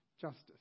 justice